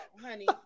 honey